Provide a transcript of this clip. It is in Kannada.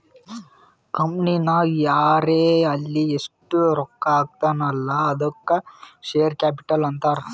ಕಂಪನಿನಾಗ್ ಯಾರೇ ಆಲ್ಲಿ ಎಸ್ಟ್ ರೊಕ್ಕಾ ಹಾಕ್ತಾನ ಅಲ್ಲಾ ಅದ್ದುಕ ಶೇರ್ ಕ್ಯಾಪಿಟಲ್ ಅಂತಾರ್